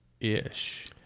ish